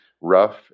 rough